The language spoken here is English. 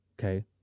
okay